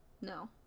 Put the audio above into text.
no